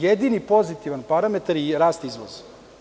Jedini pozitivan parametar je rast izvoza.